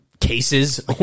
cases